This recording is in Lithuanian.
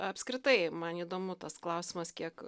apskritai man įdomu tas klausimas kiek